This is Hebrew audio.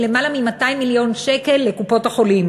למעלה מ-200 מיליון שקל לקופות-החולים.